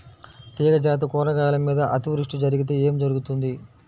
తీగజాతి కూరగాయల మీద అతివృష్టి జరిగితే ఏమి జరుగుతుంది?